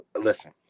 Listen